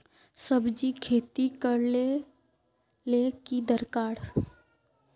सब्जी खेती करले ले की दरकार?